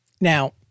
Now